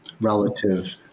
relative